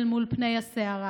אל מול פני הסערה.